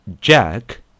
Jack